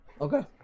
Okay